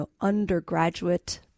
undergraduate